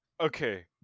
Okay